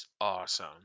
Awesome